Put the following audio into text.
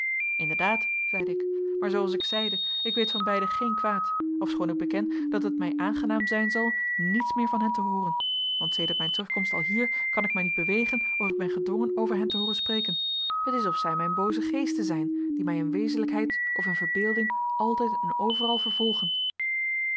inderdaad zeide ik maar zooals ik zeide ik weet van beiden geen kwaad ofschoon ik beken dat het mij aangenaam zijn zal niets meer van hen te hooren want sedert mijn terugkomst alhier kan ik mij niet bewegen of ik ben gedwongen over hen te hooren spreken het is of zij mijn booze geesten zijn die mij in wezenlijkheid of in verbeelding altijd en overal vervolgen